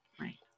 Right